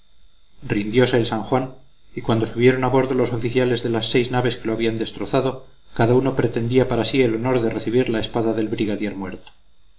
infundido rindiose el san juan y cuando subieron a bordo los oficiales de las seis naves que lo habían destrozado cada uno pretendía para sí el honor de recibir la espada del brigadier muerto